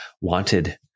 wanted